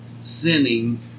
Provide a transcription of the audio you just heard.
sinning